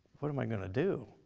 what am i going to do?